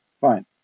Fine